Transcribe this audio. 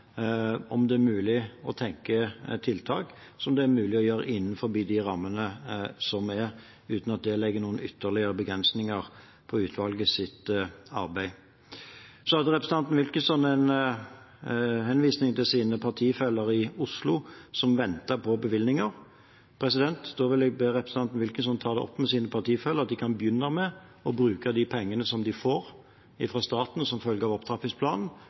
om det er mulig å sette i verk tiltak innenfor de rammene som er, uten at det legger noen ytterligere begrensninger på utvalgets arbeid. Så hadde representanten Wilkinson en henvisning til sine partifeller i Oslo, som venter på bevilgninger. Da vil jeg be representanten Wilkinson ta opp med sine partifeller at de kan begynne med å bruke de midlene de får fra staten som følge av opptrappingsplanen,